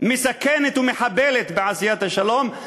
מסכנת ומחבלת בעשיית השלום.